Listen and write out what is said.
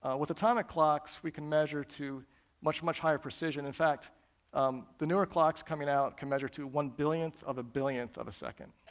with atomic clocks, we can measure to much, much higher precision, in fact um the newer clocks coming out can measure to one billionth of a billionth of a second.